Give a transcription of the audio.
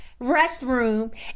restroom